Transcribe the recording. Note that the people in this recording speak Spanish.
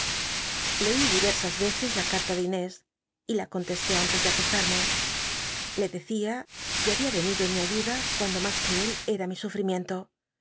leí diyersas veces la ca rla de inés y la contesté antes de acostarme le decía que babia cn itlo en mi ayuda cuando mas cru el era mi sufrimiento